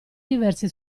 diverse